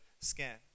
scan